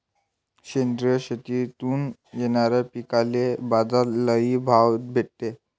सेंद्रिय शेतीतून येनाऱ्या पिकांले बाजार लई भाव भेटते